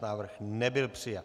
Návrh nebyl přijat.